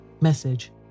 Message